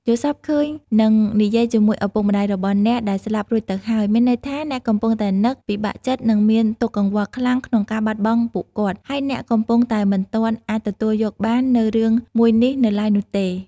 យល់សប្តិឃើញ និងនិយាយជាមួយឪពុកម្តាយរបស់អ្នកដែលស្លាប់រួចទៅហើយ មានន័យថា អ្នកកំពុងតែនឹក ពិបាកចិត្តនិងមានទុកកង្វល់ខ្លាំងក្នុងការបាត់បង់ពួកគាត់ ហើយអ្នកកំពុងតែមិនទាន់ អាចទទួលយកបាននូវរឿងមួយនេះនៅឡើយនោះទេ។